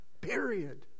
period